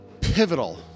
pivotal